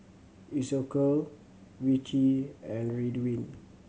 Isocal Vichy and Ridwind